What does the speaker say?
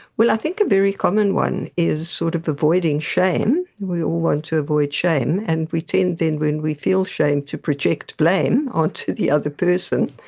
well, i think a very common one is sort of avoiding shame. we all want to avoid shame, and we tend then when we feel shame to project blame onto the other person.